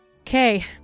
Okay